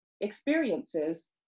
experiences